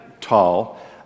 tall